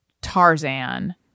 Tarzan